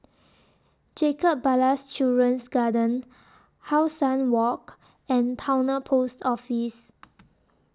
Jacob Ballas Children's Garden How Sun Walk and Towner Post Office